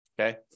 Okay